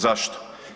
Zašto?